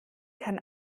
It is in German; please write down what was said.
kann